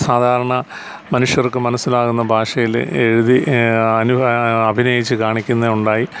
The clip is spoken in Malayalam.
സാധാരണ മനുഷ്യർക്ക് മനസ്സിലാകുന്ന ഭാഷയിൽ എഴുതി അഭിനയിച്ച് കാണിക്കുന്നത് ഉണ്ടായി